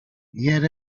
yet